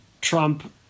Trump